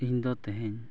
ᱤᱧᱫᱚ ᱛᱮᱦᱮᱧ